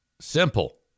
Simple